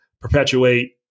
perpetuate